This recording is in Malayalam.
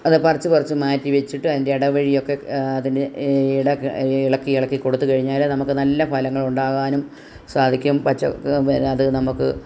അത് പറിച്ച് പറിച്ച് മാറ്റി വച്ചിട്ട് അതിൻ്റെ ഇടവഴിയൊക്കെ അതിന് ഇളക്കി ഇളക്കി ഇളക്കി കൊടുത്ത് കഴിഞ്ഞാല് നമുക്ക് നല്ല ഫലങ്ങള് ഉണ്ടാകാനും സാധിക്കും പച്ച പിന്നെ അത് നമുക്ക്